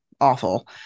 awful